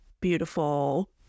beautiful